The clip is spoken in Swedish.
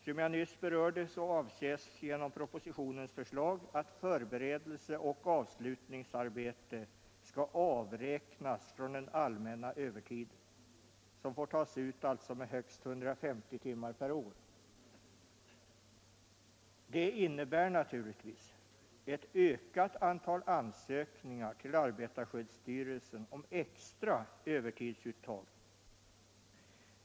Som jag nyss berörde avser propositionens förslag att förberedelseoch avslutningsarbete skall avräknas från den allmänna övertiden, som får tas ut med högst 150 timmar per år. Det innebär naturligtvis ett ökat antal ansökningar till arbetarskyddsstyrelsen om extra övertidsuttag.